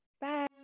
Bye